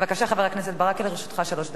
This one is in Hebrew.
בבקשה, חבר הכנסת ברכה, לרשותך שלוש דקות.